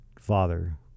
father